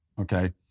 okay